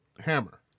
Hammer